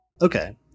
Okay